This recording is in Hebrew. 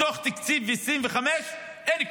בתוך תקציב 2025 אין כלום.